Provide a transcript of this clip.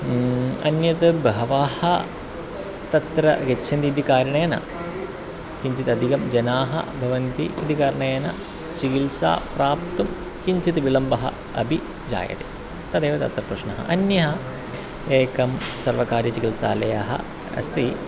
अन्यत् बहवः तत्र गच्छन्ति इति कारणेन किञ्चित् अधिकं जनाः भवन्ति इति कारणेन चिकित्सां प्राप्तुं किञ्चित् विलम्बः अपि जायते तदेव तत्र प्रश्नः अन्यः एकं सर्वकारीचिकित्सालयः अस्ति